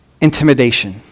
intimidation